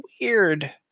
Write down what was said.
weird